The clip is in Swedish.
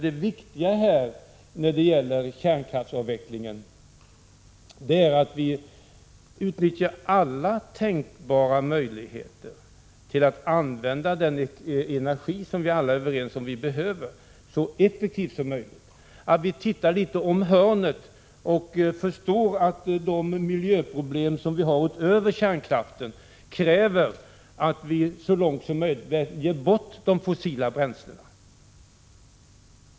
Det viktiga när det gäller kärnkraftsavvecklingen är att vi utnyttjar alla tänkbara möjligheter till att använda den energi som vi alla är överens om att vi behöver så effektivt som möjligt, att vi tittar litet om hörnet och förstår att de miljöproblem som vi har utöver kärnkraften kräver att vi så långt som möjligt väljer bort de fossila bränslena.